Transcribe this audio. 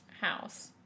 house